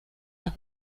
los